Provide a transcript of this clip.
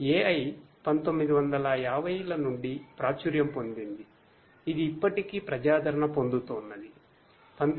AI 1950 ల నుండి ప్రాచుర్యం పొందింది ఇది ఇప్పటికీ ప్రజాదరణ పొంధుతోన్నధి